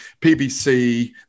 PBC